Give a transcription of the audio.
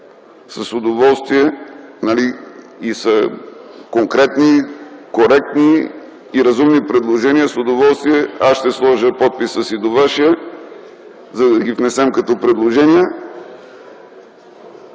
Ако Вие имате конкретни, коректни и разумни предложения, с удоволствие аз ще сложа подписа си до Вашия, за да ги внесем като предложения.